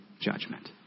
judgment